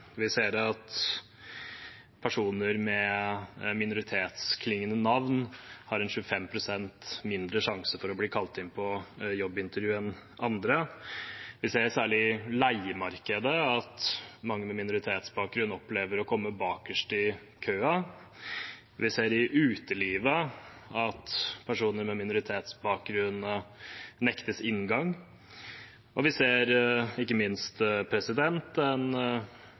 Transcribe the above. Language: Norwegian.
Vi ser at personer med minoritetsklingende navn har 25 pst. mindre sjanse for å bli kalt inn til jobbintervju enn andre. Vi ser særlig i leiemarkedet at mange med minoritetsbakgrunn opplever å komme bakerst i køen. Vi ser i utelivet at personer med minoritetsbakgrunn nektes adgang. Og vi ser, ikke minst, en